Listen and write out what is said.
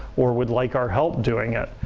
or would like our help doing it.